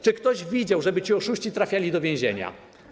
Czy ktoś widział, żeby ci oszuści trafiali do więzienia?